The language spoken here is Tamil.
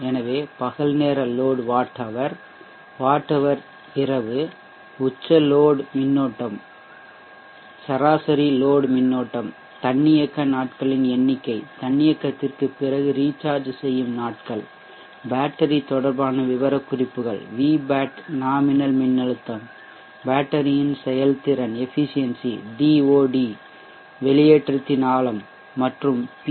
எனவே பகல் நேர load watt hour watt hour இரவு உச்ச லோட் மின்னோட்டம் சராசரி லோட் மின்னோட்டம் தன்னியக்க நாட்களின் எண்ணிக்கை தன்னியக்கத்திற்கு பிறகு ரீசார்ஜ் செய்யும் நாட்கள் பேட்டரி தொடர்பான விவரக்குறிப்புகள் Vbat நாமினல் மின்னழுத்தம் பேட்டரியின் செயல்திறன் டிஓடி வெளியேற்றத்தின் ஆழம் மற்றும் பி